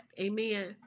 Amen